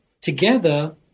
together